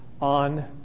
on